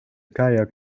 kajak